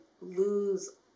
lose